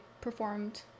performed